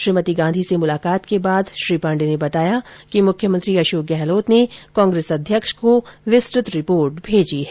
श्रीमती गांधी से मुलाकात के बाद श्री पांडे ने बताया कि मुख्यमंत्री अशोक गहलोत ने कांग्रेस अध्यक्ष को विस्तृत रिपोर्ट भेजी है